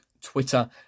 Twitter